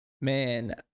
man